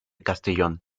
castellón